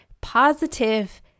Positive